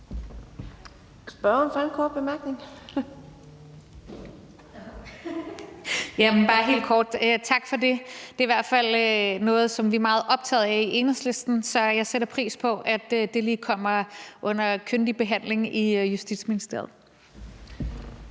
Lund (EL): Jeg vil bare helt kort sige tak for det. Det er i hvert fald noget, som vi er meget optaget af i Enhedslisten, så jeg sætter pris på, at det lige kommer under kyndig behandling i Justitsministeriet.